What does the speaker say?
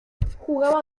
jugaba